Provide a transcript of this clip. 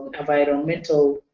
environmental,